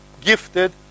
gifted